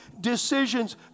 decisions